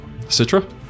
Citra